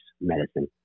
medicine